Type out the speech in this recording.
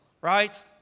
right